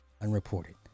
Unreported